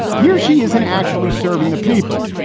he or she isn't actually serving the people.